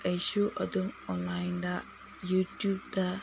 ꯑꯩꯁꯨ ꯑꯗꯨꯝ ꯑꯣꯟꯂꯥꯏꯟꯗ ꯌꯨꯇꯨꯞꯇ